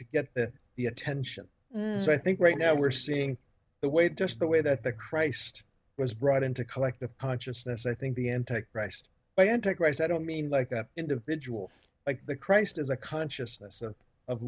to get the attention so i think right now we're seeing the weight just the way that the christ was brought into collective consciousness i think the anti christ by anti christ i don't mean like that individual like the christ as a consciousness of